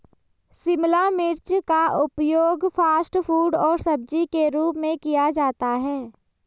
शिमला मिर्च का उपयोग फ़ास्ट फ़ूड और सब्जी के रूप में किया जाता है